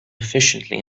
efficiently